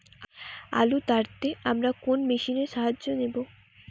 আলু তাড়তে আমরা কোন মেশিনের সাহায্য নেব?